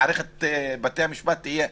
שבה מערכת בתי המשפט תהיה במוקד.